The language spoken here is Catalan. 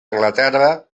anglaterra